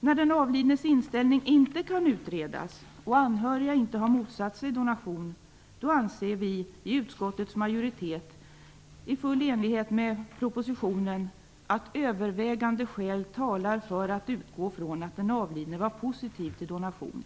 När den avlidnes inställning inte kan utredas, och när anhöriga inte har motsatt sig donation anser vi i utskottets majoritet, i full enlighet med propositionen, att övervägande skäl talar för att man skall utgå ifrån att den avlidne var positiv till donation.